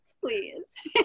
please